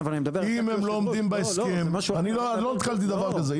לא נתקלתי בדבר כזה.